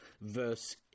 verse